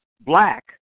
black